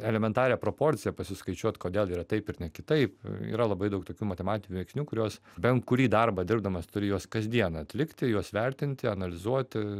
elementarią proporciją pasiskaičiuot kodėl yra taip ir ne kitaip yra labai daug tokių matematinių veiksnių kuriuos bent kurį darbą dirbdamas turi juos kasdien atlikti juos vertinti analizuoti